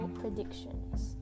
predictions